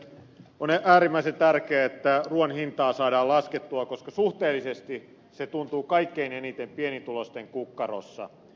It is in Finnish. on äärimmäisen tärkeää että ruuan hintaa saadaan laskettua koska suhteellisesti se tuntuu kaikkein eniten pienituloisten kukkarossa